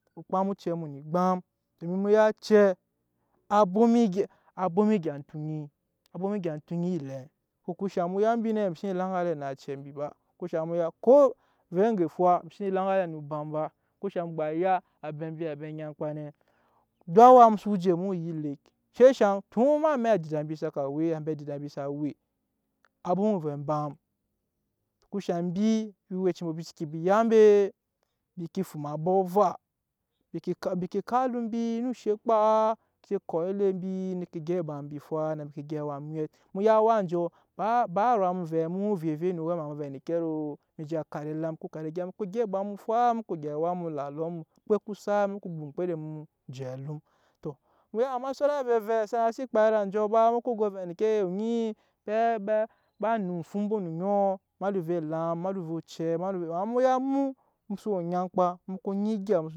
Ko kpam ocɛ mu o gbam domin mu ya acɛ á bwoma egya tunyi á bwoma egya tunyi elɛm, oko shaŋ mu ya mbi nɛ mbi xsenee laŋa alɛ na acɛ mbi ba eŋke shaŋ mu ya ko ovɛ amɛ fwa mbi senee laŋa alɛ no obam ba eŋke shaŋ mu gba ya abebi abe nyankpai nɛ duk awa mu so je mu ya elek eŋke shaŋ tun em'amɛk adida mbi saka we ambe adida mbi sa we á bwoma ovɛ bam eŋke shaŋ mbi awɛci mbɔ embi seke ba ya mbe embi ke fu abɔk ava embi ke kap alum oshe o kpa mbi je kɔk elek mbi ne ke gyɛp obam mbi fwa na mbi ke gyɛp awa mwɛt mu ya awa njɔ baruwa mu vɛɛ mu vwei evwei no owɛma mu ba vɛ endeke ro mi ja kara elam ko kara egya mu ko gyɛp obam mu fwa mu ko gyɛp awa mu la alɔ mu okpe ku sat mu ko gba oŋmkpede mu je alum. tɔ amma saura evɛvɛ xsana si kpa iri anjɔ ba mu ko go vɛ endeke onyi ba mwɛ ofum oŋɔ emada ovɛ elam emada ovɛ ocɛ amma mu ya emu mu so we onyankpa mu ko nyi egya mu so.